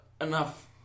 enough